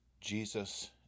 Jesus